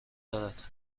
دارد